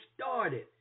started